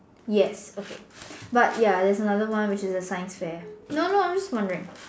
yes okay but ya there is another one which the science fair no no I'm just wondering